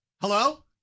Hello